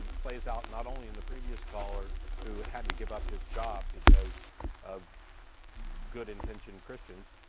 um plays out not only on the previous caller who had to give up his job because of good intentioned christians,